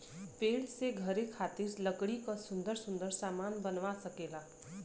पेड़ से घरे खातिर लकड़ी क सुन्दर सुन्दर सामन बनवा सकेला